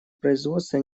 производства